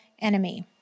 enemy